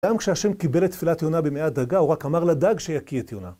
גם כשהשם קיבל את תפילת יונה במעי הדגה, הוא רק אמר לדג שיקיא את יונה.